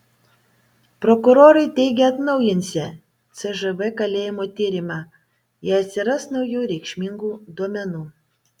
prokurorai teigia atnaujinsią cžv kalėjimo tyrimą jei atsiras naujų reikšmingų duomenų